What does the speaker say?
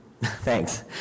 Thanks